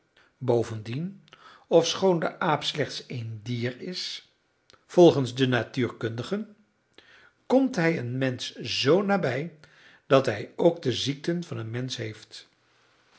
bovendien ofschoon de aap slechts een dier is volgens de natuurkundigen komt hij een mensch zoo nabij dat hij ook de ziekten van een mensch heeft